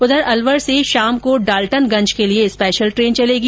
उघर अलवर से शाम को डाल्टनगंज के लिए स्पेशल ट्रेन चलेगी